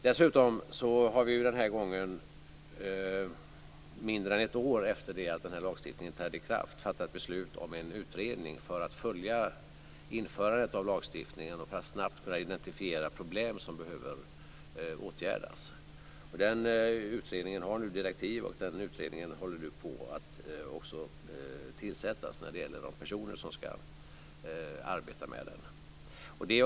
Dessutom har vi den här gången, mindre än ett år efter det att den här lagstiftningen trädde i kraft, fattat beslut om en utredning för att följa införandet av lagstiftningen och för att snabbt kunna identifiera problem som behöver åtgärdas. Den utredningen har nu fått direktiv och man håller på att tillsätta de personer som ska arbeta med den.